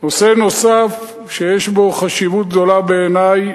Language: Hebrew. נושא נוסף שיש בו חשיבות גדולה בעיני,